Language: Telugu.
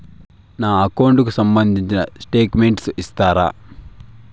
నా అకౌంట్ కు సంబంధించిన స్టేట్మెంట్స్ ఇస్తారా